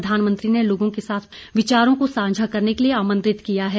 प्रधानमंत्री ने लोगों के साथ अपने विचारों को साझा करने के लिए आमंत्रित किया है